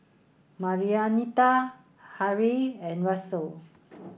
Marianita Harrie and Russel